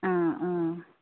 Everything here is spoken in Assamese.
অঁ অঁ